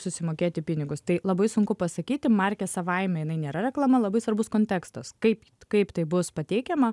susimokėti pinigus tai labai sunku pasakyti markę savaime jinai nėra reklama labai svarbus kontekstas kaip kaip tai bus pateikiama